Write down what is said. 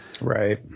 right